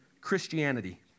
Christianity